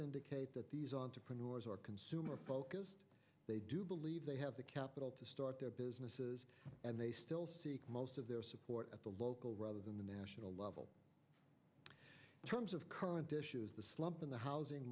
indicate that these entrepreneurs are consumer focused they do believe they have the capital to start their businesses and they still seek most of their support at the local rather than the national level terms of current issues the slump in the housing